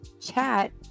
chat